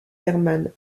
herman